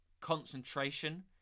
concentration